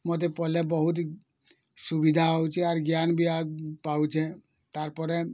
ମୋତେ ପଢ଼ିଲେ ବହୁତି ସୁବିଧା ହେଉଛି ଆର୍ ଜ୍ଞାନ୍ ବି ବି ପାଉଛେଁ ତାର୍ପରେ